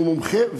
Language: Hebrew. שהוא מומחה,